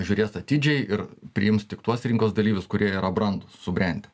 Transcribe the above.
žiūrės atidžiai ir priims tik tuos rinkos dalyvius kurie yra brandūs subrendę